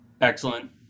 excellent